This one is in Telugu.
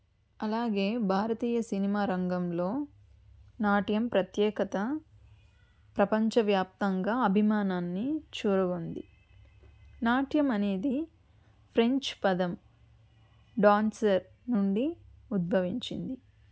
అలాగే భారతీయ సినిమా రంగంలో నాట్యం ప్రత్యేకత ప్రపంచవ్యాప్తంగా అభిమానాన్ని చోరగొంది నాట్యం అనేది ఫ్రెంచ్ పదం డాన్సర్ నుండి ఉద్భవించింది